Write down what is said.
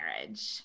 marriage